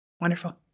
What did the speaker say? Wonderful